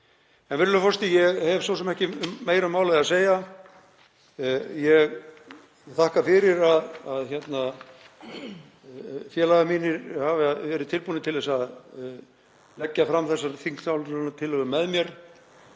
Virðulegur forseti. Ég hef svo sem ekki meira um málið að segja. Ég þakka fyrir að félagar mínir hafi verið tilbúnir til að leggja fram þessa þingsályktunartillögu með mér.